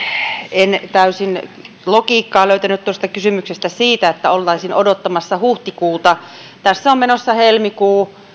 en täysin logiikkaa löytänyt tuosta kysymyksestä siitä että oltaisiin odottamassa huhtikuuta tässä on menossa helmikuu